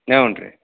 ನ್ಯಾ ಹ್ಞೂ ರೀ